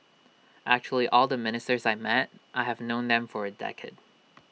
actually all the ministers I met I have known them for A decade